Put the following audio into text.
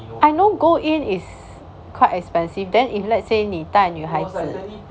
I know go in is quite expensive then if let's say 你带女孩子